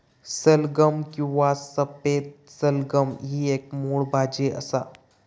सलगम किंवा सफेद सलगम ही एक मुळ भाजी असा